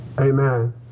Amen